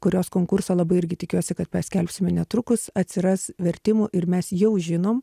kurios konkurso labai irgi tikiuosi kad paskelbsime netrukus atsiras vertimų ir mes jau žinom